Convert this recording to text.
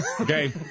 Okay